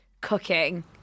cooking